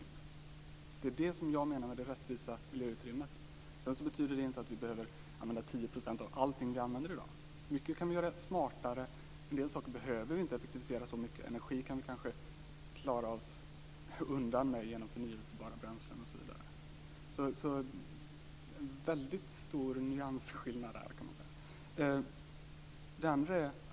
Det är det som jag menar med det rättvisa miljöutrymmet. Sedan betyder det inte att vi behöver begränsa oss till 10 % av allt vi använder i dag. Mycket kan vi göra smartare, en del saker behöver vi inte effektivisera så mycket; på energiområdet kan vi kanske klara oss undan genom förnybara bränslen, osv. Men det är ändå en väldigt stor nyansskillnad där, kan man säga.